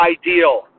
ideal